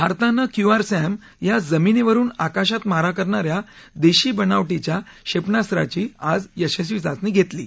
भारतानं क्यूआरसॅम या जमिनीवरुन आकाशात मारा करणाऱ्या देशी बनावटीच्या क्षेपणास्त्राची आज यशस्वी चाचणी घेतली आहे